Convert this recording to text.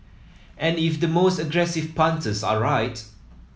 and if the most aggressive punters are right